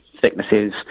thicknesses